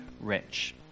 rich